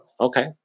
Okay